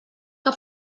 que